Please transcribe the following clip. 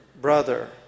brother